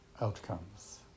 outcomes